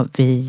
vi